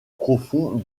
profond